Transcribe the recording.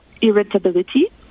irritability